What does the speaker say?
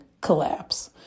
collapse